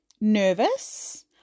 nervous